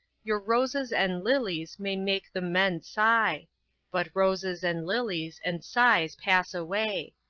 your roses and lilies may make the men sigh but roses, and lilies, and sighs pass away,